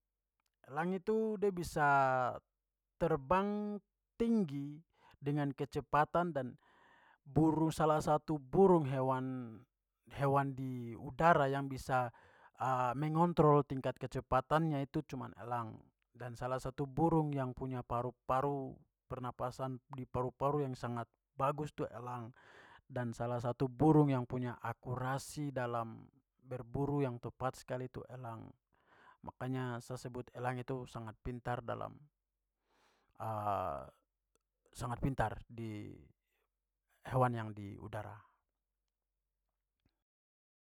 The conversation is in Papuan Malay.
Elang itu da bisa terbang tinggi dengan kecepatan dan burung- salah satu burung hewan- hewan di udara yang bisa mengontrol tingkat kecepatannya itu cuman elang. Dan salah satu burung yang punya paru-paru- pernapasan di paru-paru yang sangat bagus itu elang. Dan salah satu burung yang punya akurasi dalam berburu yang tepat sekali itu elang. Makanya sa sebut elang itu sangat pintar dalam sangat pintar di hewan yang di udara.